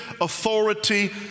authority